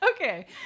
Okay